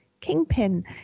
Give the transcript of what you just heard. Kingpin